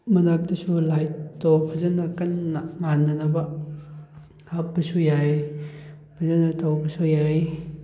ꯃꯅꯥꯛꯇꯁꯨ ꯂꯥꯏꯠꯇꯣ ꯐꯖꯅ ꯀꯟꯅ ꯄꯥꯟꯅꯅꯕ ꯍꯥꯞꯄꯁꯨ ꯌꯥꯏ ꯐꯖꯅ ꯇꯧꯕꯁꯨ ꯌꯥꯏ